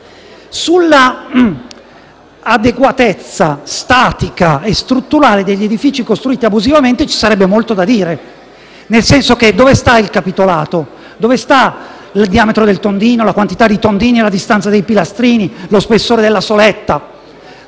Sull’adeguatezza statica e strutturale degli edifici costruiti abusivamente ci sarebbe molto da dire. Dove sta il capitolato? E il diametro del tondino? La quantità di tondini? La distanza dei pilastrini? Lo spessore della soletta?